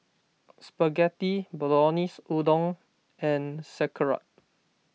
Spaghetti Bolognese Udon and Sauerkraut